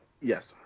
yes